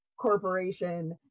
corporation